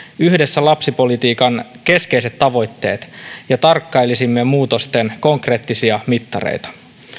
yhdessä lapsipolitiikan keskeiset tavoitteet ja tarkkailisimme muutosten konkreettisia mittareita